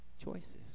choices